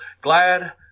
Glad